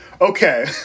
Okay